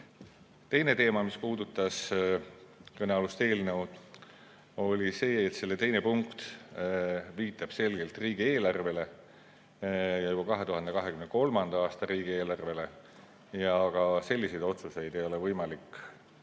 Teine teema, mis puudutas kõnealust eelnõu, oli see, et selle teine punkt viitab selgelt riigieelarvele, juba 2023. aasta riigieelarvele. Aga ka selliseid otsuseid ei ole võimalik